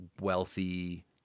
wealthy